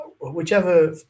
whichever